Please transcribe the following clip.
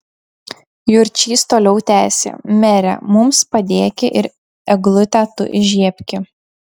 jurčys toliau tęsė mere mums padėki ir eglutę tu įžiebki